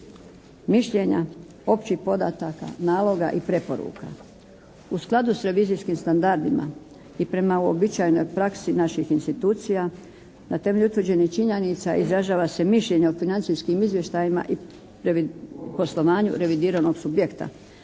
mišljenja, općih podataka, naloga i preporuka. U skladu sa revizijskim standardima i prema uobičajenoj praksi naših institucija, na temelju utvrđenih činjenica izražava se mišljenje o financijskim izvještajima i poslovanju revidiranog subjekta.